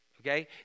okay